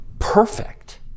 perfect